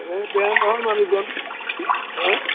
এই বেয়া নহয় মানুহজন হাঁ